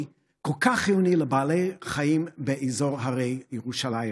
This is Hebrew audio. כל כך חיוני לבעלי חיים באזור הרי ירושלים.